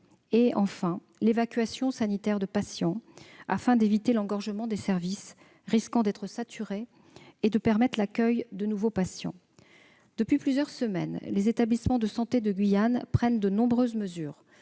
et enfin, l'évacuation sanitaire de patients permettra d'éviter l'engorgement de services risquant d'être saturés et d'accueillir de nouveaux patients. Depuis plusieurs semaines, les établissements de santé de Guyane prennent de nombreuses mesures